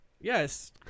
yes